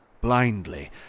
blindly